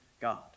God